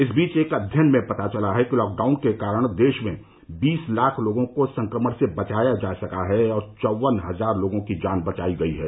इस बीच एक अध्ययन में पता चला है कि लॉकडाउन के कारण देश में बीस लाख लोगों को संक्रमण से बचाया जा सका है और चौवन हजार लोगों की जान बचाई गई है